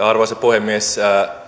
arvoisa puhemies